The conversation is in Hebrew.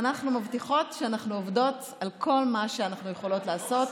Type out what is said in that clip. ואנחנו מבטיחות שאנחנו עובדות על כל מה שאנחנו יכולות לעשות.